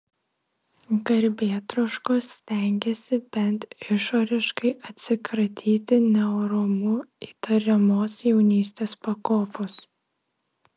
garbėtroškos stengėsi bent išoriškai atsikratyti neorumu įtariamos jaunystės pakopos